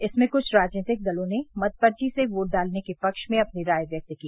इसमें कुछ राजनीतिक दलों ने मतपर्वी से वोट डालने के पक्ष में अपनी राय व्यक्त की